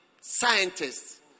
scientists